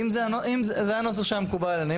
זה הנוסח שהיה מקובל עלינו.